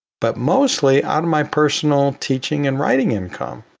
but mostly out of my personal teaching and writing income.